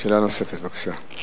שאלה נוספת, בבקשה.